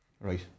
Right